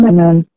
Amen